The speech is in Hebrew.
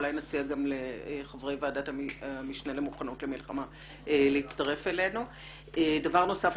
אולי נציע גם לחברי ועדת המשנה למוכנות למלחמה להצטרף אלינו.שבר נוסף,